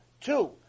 Two